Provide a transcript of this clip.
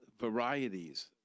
varieties